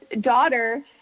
daughter